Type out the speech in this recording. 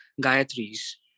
Gayatri's